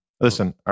Listen